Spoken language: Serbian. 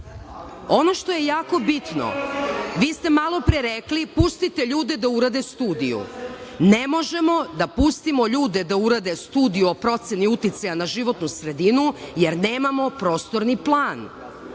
što je jako bitno. Vi ste malopre rekli, pustite ljude da urade studiju. Ne možemo da pustimo ljude da urade studiju o proceni uticaja na životnu sredinu, jer nemamo prostorni plan.